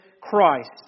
Christ